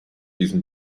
diesen